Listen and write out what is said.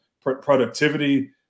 productivity